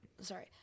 Sorry